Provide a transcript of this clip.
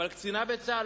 אבל קצינה בצה"ל,